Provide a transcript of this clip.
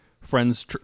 friends